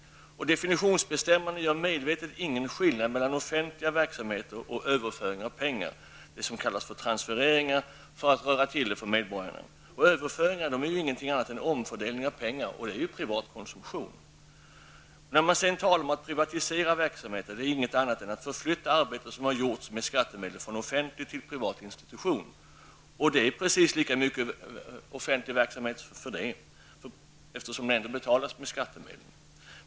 Definitionsbestämmarna gör medvetet ingen skillnad mellan offentliga verksamheter och överföringar av pengar -- sådant som kallas transfereringar. Det handlar om att röra till det för medborgarna. Överföringar är ju ingenting annat än en omfördelning av pengar, och det är privat konsumtion. Det talas om privatisering av verksamhet. Men det handlar då enbart om att förflytta det arbete som har gjorts med skattemedel från offentlig till privat institution. Det är dock precis lika mycket av offentlig verksamhet. Det hela betalas ju med skattemedel.